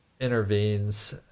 intervenes